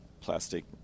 plastic